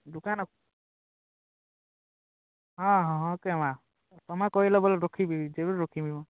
ଦୁକାନ ହଁ ହଁ ହଁ ଓ କେ ମା' ତୁମେ କହିଲ ବୋଲେ ରଖିମି ଜରୁର ରଖିମି ମୁଁ